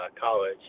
college